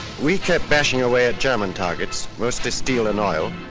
we kept bashing away at german targets, mostly steel and oil.